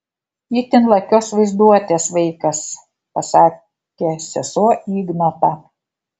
itin lakios vaizduotės vaikas pasakė sesuo ignotą